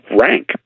rank